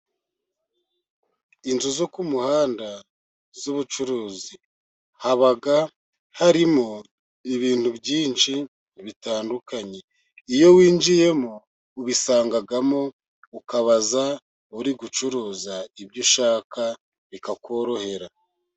Inzu zo ku muhanda z'ubucuruzi haba harimo ibintu byinshi bitandukanye. Iyo winjiyemo ubisangamo ukabaza uri gucuruza ibyo ushaka, bikakorohera.